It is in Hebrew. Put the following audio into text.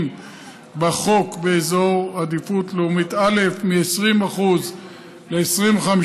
בחוק באזור עדיפות לאומית א' מ-20% ל-25%,